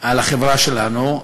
על החברה שלנו,